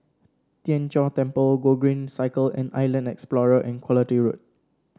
Tien Chor Temple Gogreen Cycle and Island Explorer and Quality Road